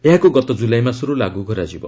ଏହାକୁ ଗତ ଜୁଲାଇ ମାସରୁ ଲାଗୁ କରାଯିବ